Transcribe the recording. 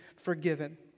forgiven